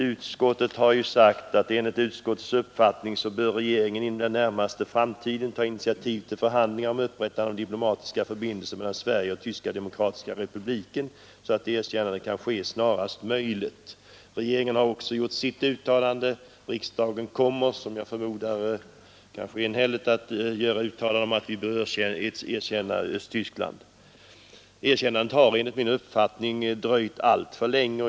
Utskottet har ju sagt: ”Enligt utskottets uppfattning bör regeringen inom den närmaste framtiden ta initiativ till förhandlingar om upprättande av diplomatiska förbindelser mellan Sverige och Tyska demokratiska republiken så att erkännande kan ske snarast möjligt.” Regeringen har också gjort sitt uttalande. Riksdagen kommer — som jag förmodar enhälligt — att göra ett uttalande om att vi bör erkänna Östtyskland. Erkännandet har enligt min mening dröjt alltför länge.